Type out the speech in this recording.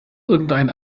irgendein